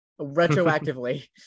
retroactively